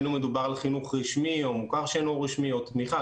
בין אם מדובר על חינוך רשמי או מוכר שאינו רשמי או תמיכה,